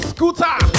Scooter